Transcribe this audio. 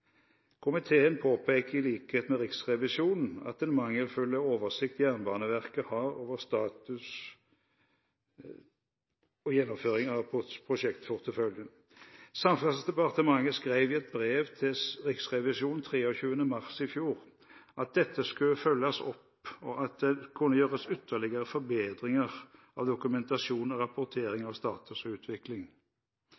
Komiteen påpeker i likhet med Riksrevisjonen den mangelfulle oversikt Jernbaneverket har over status på gjennomføring av prosjektporteføljen. Samferdselsdepartementet skrev i et brev til Riksrevisjonen den 23. mars i fjor at dette skulle følges opp, og at det kunne gjøres ytterligere forbedringer av dokumentasjon og rapportering